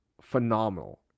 phenomenal